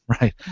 right